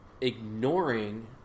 ignoring